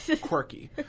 quirky